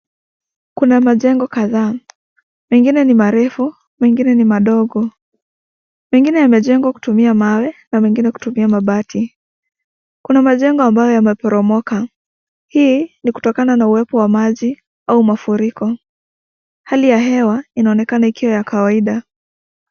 Kuna majengo kadhaa. Mengine ni marefu, mengine ni madogo. Mengine yamejengwa kutumia mawe na mengine kutumia mabati. Kuna majengo ambayo yameporomoka. Hii ni kutokana na uwepo wa maji au mafuriko. Hali ya hewa inaonekana ikiwa ya kawaida.